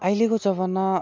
अहिलेको जमाना